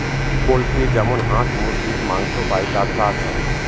poultry যেমন হাঁস মুরগীর মাংস পাই তার চাষ হয়